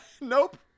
Nope